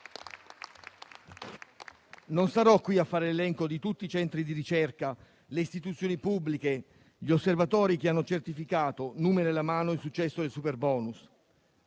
Non starò qui a fare l'elenco di tutti i centri di ricerca, le istituzioni pubbliche, gli osservatori che hanno certificato, numeri alla mano, il successo del superbonus.